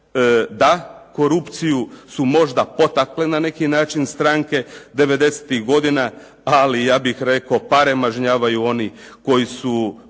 Da, korupciju su možda potakle na neki način stranke devedesetih godina ali ja bih rekao pare mažnjavaju oni koji su